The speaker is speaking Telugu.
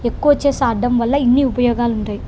ఎక్కువ చెస్ ఆడటం వల్ల ఇన్ని ఉపయోగాలుంటాయి